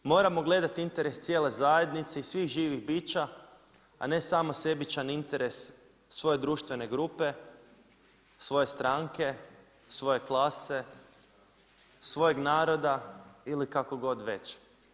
Moramo gledati interes cijele zajednice i svih živih bića, a ne samo sebičan interes svoje društvene grupe, svoje stranke, svoje klase, svojeg naroda ili kako god već.